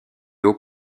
haut